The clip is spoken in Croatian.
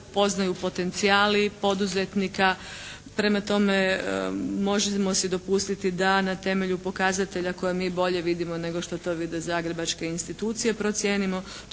poznaju potencijali poduzetnika. Prema tome, možemo si dopustiti da na temelju pokazatelja koje mi bolje vidimo nego što to vide zagrebačke institucije procijenimo